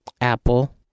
Apple